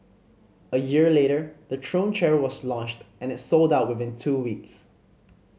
a year later the Throne chair was launched and it sold out within two weeks